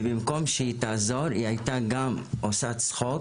ובמקום שהיא תעזור, היא הייתה גם עושה צחוק,